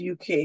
uk